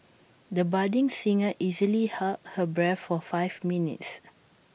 the budding singer easily held her breath for five minutes